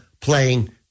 playing